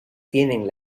tienen